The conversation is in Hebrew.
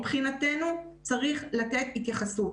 מבחינתנו צריך לתת התייחסות,